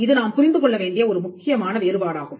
இது நாம் புரிந்து கொள்ள வேண்டிய ஒரு முக்கியமான வேறுபாடாகும்